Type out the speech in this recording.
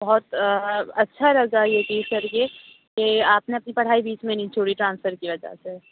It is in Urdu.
بہت اچھا لگ رہا ہے یہ چیز کر کے کہ آپ نے اپنی پرھائی بیچ میں نہیں چھوڑی ٹرانسفر کی وجہ سے